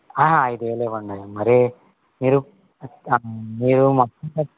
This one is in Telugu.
అయిదు వేలు ఇవ్వండి మరి మీరు మీరు మొత్తం